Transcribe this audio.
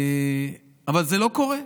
אבל זה לא קורה.